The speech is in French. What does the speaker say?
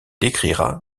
écrira